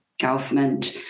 government